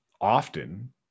often